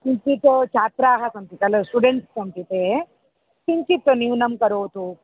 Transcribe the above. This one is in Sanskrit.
किञ्चित् छात्राः सन्ति खलु स्टुडेण्ट्स् सन्ति ते किञ्चित् न्यूनं करोतु